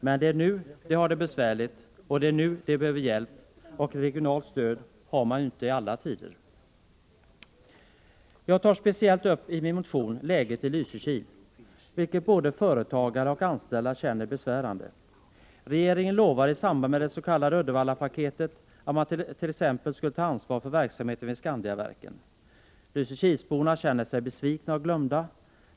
Men det är nu detta område har det besvärligt, och det är nu det behöver hjälp. Och ett regionalt stöd har man ju inte i alla tider. Jag tar i min motion speciellt upp läget i Lysekil, vilket både företagare och anställda känner besvärande. Regeringen lovade i samband med det s.k. Uddevallapaketet att ta ansvar t.ex. för verksamheten vid Skandiaverken. Lysekilsborna känner sig besvikna och glömda.